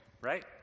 Right